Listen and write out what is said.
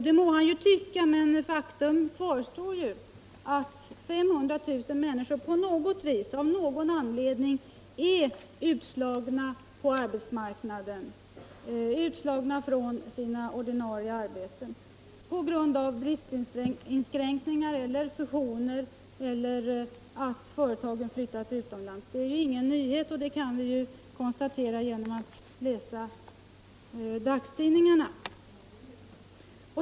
Det må han tycka, men faktum kvarstår ju att 500 000 människor är utslagna från sina ordinarie arbeten — på grund av driftsinskränkningar eller fusioner eller därför att företagen flyttat utomlands. Det är ingen nyhet, och det kan vi konstatera genom att t.ex. läsa dagstidningarna.